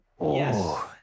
Yes